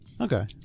Okay